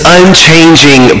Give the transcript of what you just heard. unchanging